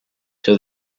till